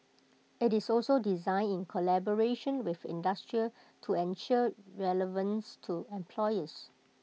IT is also designed in collaboration with industry to ensure relevance to employers